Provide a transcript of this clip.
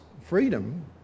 freedom